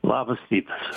labas rytas